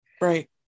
Right